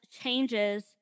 changes